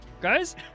guys